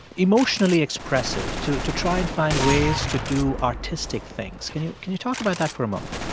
emotionally expressive, to to try and find ways to do artistic things. can you can you talk about that for a moment?